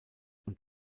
und